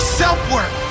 self-work